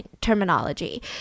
terminology